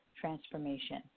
transformation